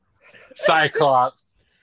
Cyclops